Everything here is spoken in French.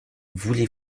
voulez